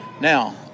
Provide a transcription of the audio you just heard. Now